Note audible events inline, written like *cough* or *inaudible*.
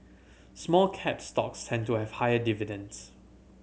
small cap stocks tend to *unintelligible* have higher dividends